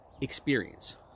experience